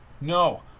No